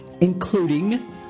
including